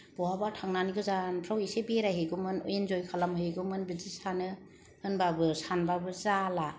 बहाबा थांनानै गोजानफ्राव इसे बेरायहैगौमोन इन्जय खालामहैगौमोन बिदि सानो होनबाबो सानबाबो जाला